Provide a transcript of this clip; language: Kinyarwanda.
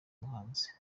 muhanzi